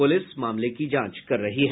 police मामले की जांच कर रही है